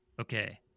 okay